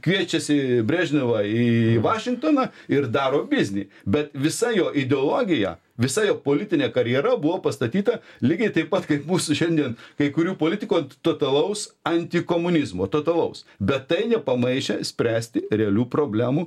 kviečiasi brežnevą į vašingtoną ir daro biznį bet visa jo ideologija visa jo politinė karjera buvo pastatyta lygiai taip pat kaip mūsų šiandien kai kurių politikų totalaus antikomunizmo totalaus bet tai nepamaišė spręsti realių problemų